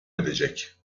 edecek